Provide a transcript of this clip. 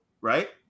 right